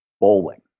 bowling